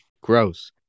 Gross